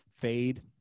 Fade